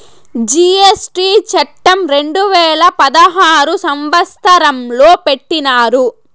GST చట్టం రెండు వేల పదహారు సంవత్సరంలో పెట్టినారు